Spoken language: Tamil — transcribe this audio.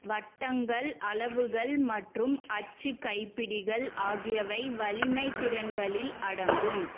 வட்டங்கள் அளவுகள் மற்றும் அச்சு கைப்பிடிகள் ஆகியவை வலிமைத் திறன்களில் அடங்கும்